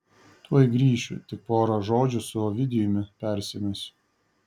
tuoj grįšiu tik pora žodžių su ovidijumi persimesiu